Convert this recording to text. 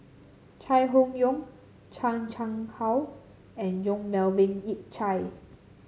Chai Hon Yoong Chan Chang How and Yong Melvin Yik Chye